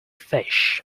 fish